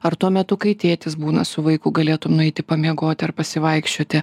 ar tuo metu kai tėtis būna su vaiku galėtum nueiti pamiegoti ar pasivaikščioti